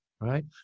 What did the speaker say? right